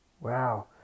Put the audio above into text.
Wow